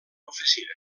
oficina